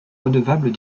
redevable